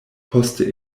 poste